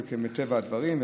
זה מטבע הדברים.